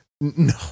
No